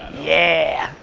yeah.